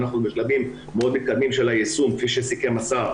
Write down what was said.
אנחנו בשלבים מאוד מתקדמים של היישום כפי שסיכם השר,